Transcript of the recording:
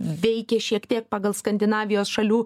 veikė šiek tiek pagal skandinavijos šalių